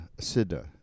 Siddha